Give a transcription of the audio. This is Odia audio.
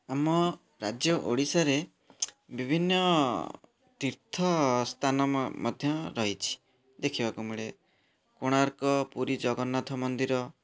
ଆମ ରାଜ୍ୟ ଓଡ଼ିଶାରେ ବିଭିନ୍ନ ତୀର୍ଥ ସ୍ଥାନ ମଧ୍ୟ ରହିଛି ଦେଖିବାକୁ ମିଳେ କୋଣାର୍କ ପୁରୀ ଜଗନ୍ନାଥ ମନ୍ଦିର